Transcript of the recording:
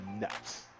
nuts